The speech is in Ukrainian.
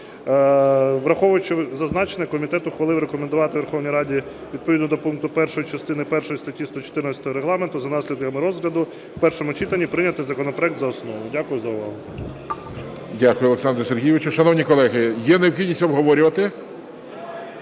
Враховуючи зазначене, комітет ухвалив рекомендувати Верховній Раді відповідно до пункту 1 частини першої статті 114 Регламенту за наслідками розгляду в першому читанні прийняти законопроект за основу. Дякую за увагу. ГОЛОВУЮЧИЙ. Дякую, Олександре Сергійовичу. Шановні колеги, є необхідність обговорювати?